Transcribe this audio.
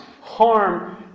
Harm